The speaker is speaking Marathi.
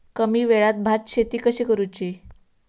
कमी वेळात भात शेती कशी करुची?